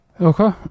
Okay